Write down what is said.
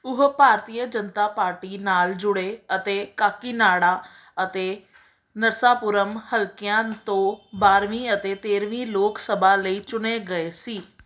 ਉਹ ਭਾਰਤੀਏ ਜਨਤਾ ਪਾਰਟੀ ਨਾਲ ਜੁੜੇ ਅਤੇ ਕਾਕੀਨਾਡਾ ਅਤੇ ਨਰਸਾਪੁਰਮ ਹਲਕਿਆਂ ਤੋਂ ਬਾਰ੍ਹਵੀਂ ਅਤੇ ਤੇਰ੍ਹਵੀਂ ਲੋਕ ਸਭਾ ਲਈ ਚੁਣੇ ਗਏ ਸੀ